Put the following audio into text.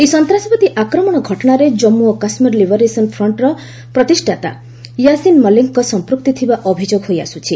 ଏହି ସନ୍ତାସବାଦୀ ଆକ୍ରମଣ ଘଟଣାରେ ଜନ୍ମୁ ଓ କାଶ୍ମୀର ଲିବରେସନ୍ ଫ୍ରଷ୍ଟ୍ର ପ୍ରତିଷାତା ୟାସିନ୍ ମଲିକ୍ଙ୍କ ସମ୍ପକ୍ତି ଥିବା ଅଭିଯୋଗ ହୋଇ ଆସୁଛି